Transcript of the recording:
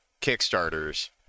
Kickstarters